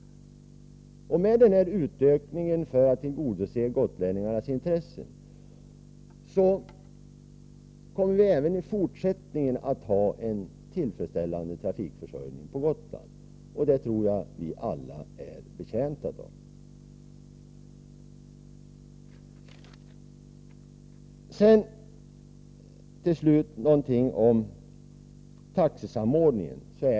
Med den här utökningen för att tillgodose gotlänningarnas intressen kommer vi även i fortsättningen att ha en tillfredsställande trafikförsörjning på Gotland. Det tror jag att vi alla är betjänta av. Sedan ett par ord om taxesamordningen.